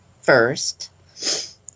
first